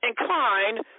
inclined